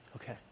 Okay